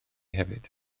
hefyd